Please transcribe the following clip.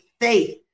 faith